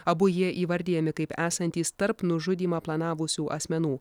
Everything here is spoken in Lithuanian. abu jie įvardijami kaip esantys tarp nužudymą planavusių asmenų